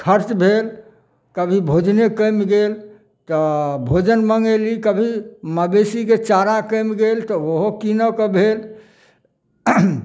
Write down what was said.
खर्च भेल कभी भोजने कमि गेल तऽ भोजन मङ्गैली कभी मबेशीके चारा कमि गेल तऽ ओहो कीनऽके भेल